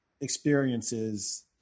experiences